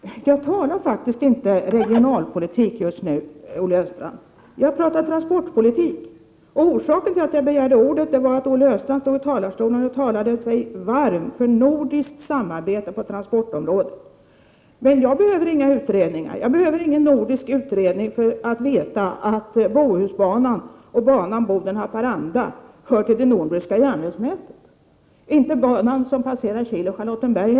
Herr talman! Jag talar faktiskt inte om regionalpolitik just nu, Olle Östrand! Jag talar om transportpolitik. Orsaken till att jag begärde ordet var att Olle Östrand här i talarstolen talade sig varm för ett nordiskt samarbete på transportområdet. Jag vill framhålla att jag inte behöver någon nordisk utredning för att få reda på att Bohusbanan och banan Boden-Haparanda hör till det nordiska järnvägsnätet. Det gäller också banan som går mellan Kil och Charlottenberg.